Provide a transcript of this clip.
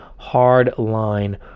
hardline